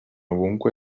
ovunque